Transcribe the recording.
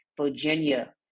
Virginia